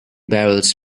barrels